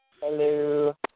hello